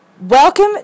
Welcome